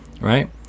right